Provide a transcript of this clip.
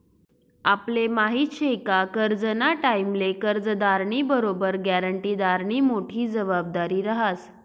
आपले माहिती शे का करजंना टाईमले कर्जदारनी बरोबर ग्यारंटीदारनी मोठी जबाबदारी रहास